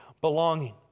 belonging